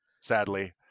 sadly